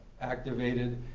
activated